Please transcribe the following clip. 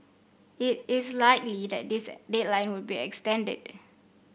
it is likely that this deadline would be extended